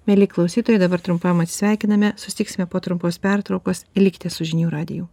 mieli klausytojai dabar trumpam atsisveikiname susitiksime po trumpos pertraukos likite su žinių radiju